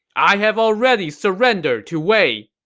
i have already surrendered to wei!